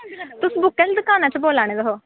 तुस बुक आह्ली दुकान दा बोल्ला ने तुस